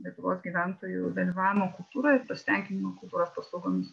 lietuvos gyventojų dalyvavimo kultūroje ir pasitenkinimo kultūros paslaugomis